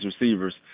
receivers